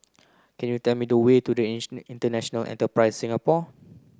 can you tell me the way to International Enterprise Singapore